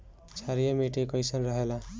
क्षारीय मिट्टी कईसन रहेला?